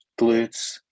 glutes